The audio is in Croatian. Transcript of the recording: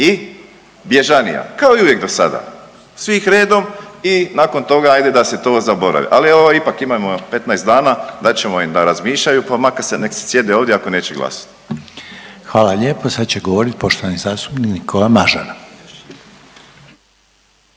I bježanija kao i uvijek dosada, svih redom i nakon toga ajde da se to zaboravi. Ali evo ipak imamo 15 dana dat ćemo im da razmišljaju pa makar se nek sjede ovdje ako neće glasati. **Reiner, Željko (HDZ)** Hvala lijepo sad će govoriti poštovani zastupnik Nikola Mažar.